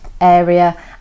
area